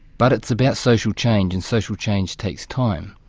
but it's about social change, and social change takes time.